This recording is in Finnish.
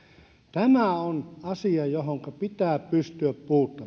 tämä on asia johonka pitää pystyä